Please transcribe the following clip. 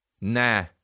nah